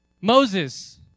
Moses